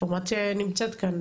האינפורמציה היא נמצאת כאן,